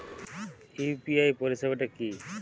UPI পরিসেবাটা কি?